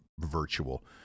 virtual